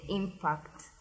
impact